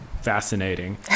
fascinating